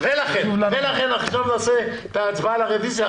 ולכן עכשיו נעשה את ההצבעה על הרביזיה,